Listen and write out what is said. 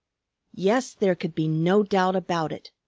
yes, there could be no doubt about it.